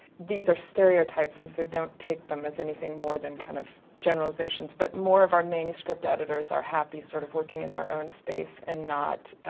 these are stereotypes and so don't take them as anything more than kind of generalizations, but more of our manuscript editors are happy sort of working in their own space and not, ah,